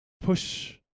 push